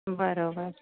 बरोबर